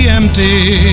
empty